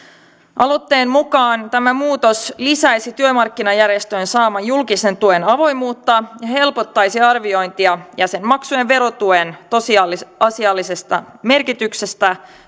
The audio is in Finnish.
aloitteen mukaan tämä muutos lisäisi työmarkkinajärjestöjen saaman julkisen tuen avoimuutta ja helpottaisi arviointia jäsenmaksujen verotuen tosiasiallisesta merkityksestä